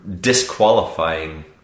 disqualifying